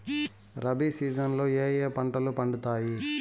rabi season లో ఏ ఏ పంటలు పండుతాయి